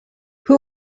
who